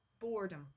boredom